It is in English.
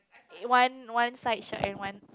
one one side short and one